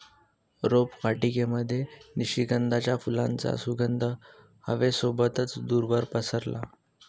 रोपवाटिकेमध्ये निशिगंधाच्या फुलांचा सुगंध हवे सोबतच दूरवर पसरला